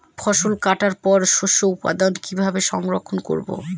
ফসল কাটার পর শস্য উৎপাদন কিভাবে সংরক্ষণ করবেন?